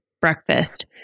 breakfast